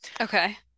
Okay